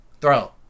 throw